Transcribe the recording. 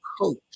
coach